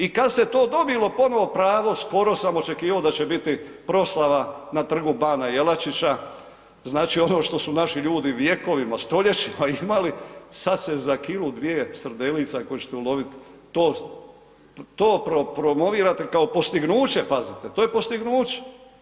I kada se to dobilo ponovno pravo skoro sam očekivao da će biti proslava na Trgu bana Jelačića, znači ono što su naši ljudi vjekovima, stoljećima imali sada se za kilu, dvije srdelica koje ćete uloviti to promovirate kao postignuće, pazite, to je postignuće.